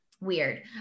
Weird